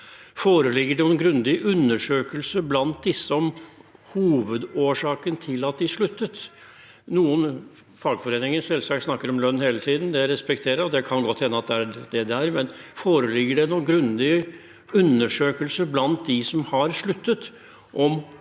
Foreligger det noen grundig undersøkelse blant disse om hovedårsaken til at de sluttet? Noen fagforeninger snakker selvsagt hele tiden om lønn. Det respekterer jeg, og det kan godt hende at det er det det er, men foreligger det noen grundig undersøkelse blant dem som har sluttet, om